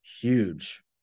Huge